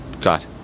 got